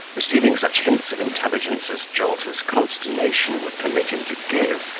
receiving such hints of intelligence as jolter's consternation would permit him to give,